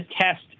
test